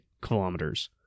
kilometers